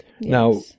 Now